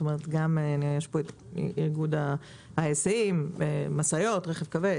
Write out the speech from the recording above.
נמצא כאן איגוד ההיסעים גם במשאיות וברכב כבד.